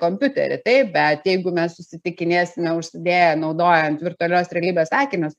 kompiuterį taip bet jeigu mes susitikinėsime užsideję naudojant virtualios realybės akinius